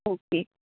okay